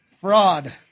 Fraud